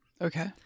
Okay